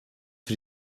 für